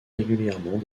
régulièrement